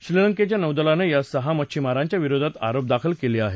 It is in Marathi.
श्रीलंकेच्या नौदलानं या सहा मच्छिमारांच्या विरोधात आरोप दाखल केला आहे